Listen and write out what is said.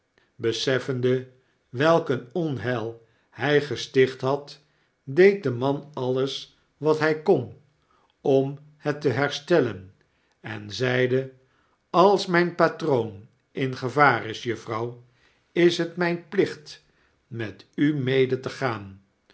beseffende welk een onheil hg gesticht had deed de man alles wat hij kon om het te herstellen en zeide als mjjn patroon in gevaar is juffrouw is het mfln plicht met w mede te gaan